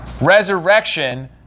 Resurrection